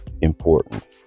important